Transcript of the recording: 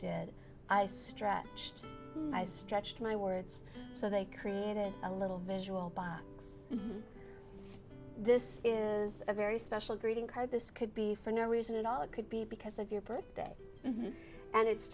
did i stretched i stretched my words so they created a little visual box this is a very special greeting card this could be for no reason at all it could be because of your birthday and it's